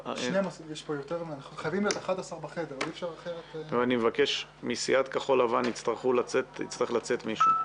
אני מבקש שנקצה כמה שעות לנציגות של חברה אזרחית ועמותות,